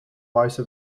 vice